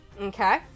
Okay